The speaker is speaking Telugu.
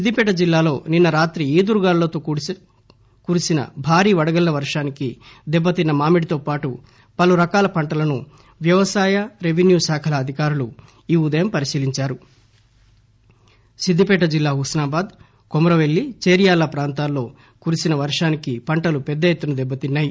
సిద్ధిపేట జిల్లాలో నిన్న రాత్రి ఈదురు గాలులతో కురిసిన భారీ వడగళ్ల వర్ధానికి దెబ్బతిన్న మామిడితో పాటు పలు రకాల పంటలను వ్యవసాయ రెవెన్యూ అధికారులు ఈ ఉదయం పరిశీలించారు సిద్దిపేట జిల్లా హుస్నాబాద్ కొమురపెల్లి చేర్యాల ప్రాంతాల్లో కురిషిన వర్వానికి పంటలు పెద్దఎత్తున దెబ్బతిన్నాయి